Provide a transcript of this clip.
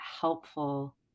helpful